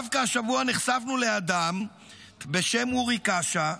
דווקא השבוע נחשפנו לאדם בשם אורי קאשה,